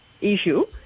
issue